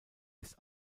ist